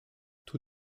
tout